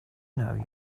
know